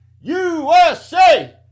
USA